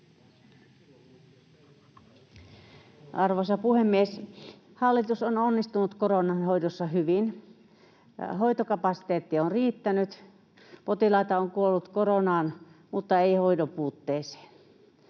Arvoisa puhemies! Hallitus on onnistunut koronan hoidossa hyvin. Hoitokapasiteetti on riittänyt. Potilaita on kuollut koronaan mutta ei hoidon puutteeseen.